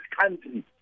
country